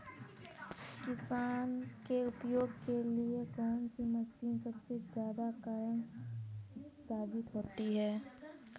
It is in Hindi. किसान के उपयोग के लिए कौन सी मशीन सबसे ज्यादा कारगर साबित होती है?